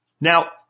Now